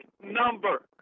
number